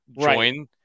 join